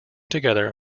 together